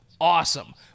Awesome